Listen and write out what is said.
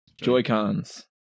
Joy-Cons